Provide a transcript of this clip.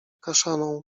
kaszaną